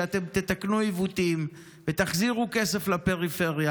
שאתם תתקנו עיוותים ותחזירו כסף לפריפריה